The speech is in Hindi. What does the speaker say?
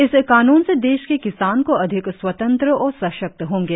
इस कानून से देश के किसान को अधिक स्वतंत्र और सशक्त होंगे